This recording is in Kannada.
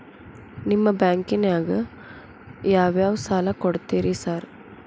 ನಿಮ್ಮ ಬ್ಯಾಂಕಿನಾಗ ಯಾವ್ಯಾವ ಸಾಲ ಕೊಡ್ತೇರಿ ಸಾರ್?